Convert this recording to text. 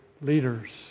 leaders